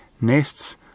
nests